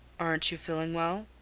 aren't you feeling well?